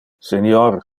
senior